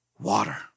Water